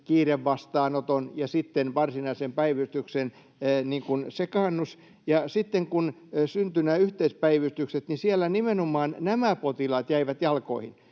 kiirevastaanoton ja varsinaisen päivystyksen sekaannus. Sitten kun syntyivät nämä yhteispäivystykset, niin siellä nimenomaan nämä potilaat jäivät jalkoihin,